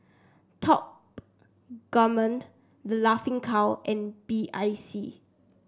Top Gourmet The Laughing Cow and B I C